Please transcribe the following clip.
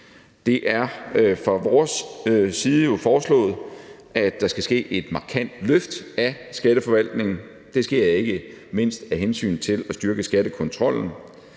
Det er fra vores side jo foreslået, at der skal ske et markant løft af Skatteforvaltningen, og det skal ikke mindst af hensyn til at styrke skattekontrollen